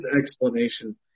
explanation